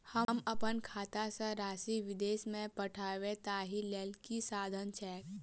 हम अप्पन खाता सँ राशि विदेश मे पठवै ताहि लेल की साधन छैक?